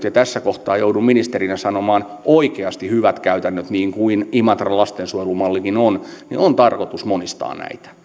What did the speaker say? ja tässä kohtaa joudun ministerinä sanomaan oikeasti hyviä käytäntöjä niin kuin imatran lastensuojelumallikin on on tarkoitus monistaa